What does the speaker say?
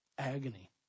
agony